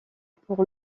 pour